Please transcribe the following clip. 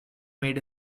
made